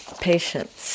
Patience